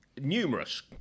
numerous